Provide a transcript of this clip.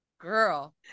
girl